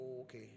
Okay